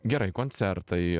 gerai koncertai